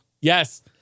Yes